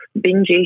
binge